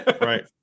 Right